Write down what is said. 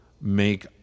make